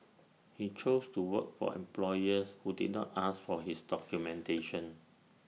he chose to work for employers who did not ask for his documentation